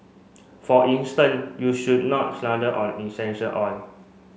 for instance you should not slather on essential oil